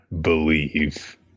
believe